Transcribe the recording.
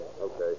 Okay